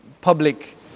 public